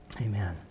Amen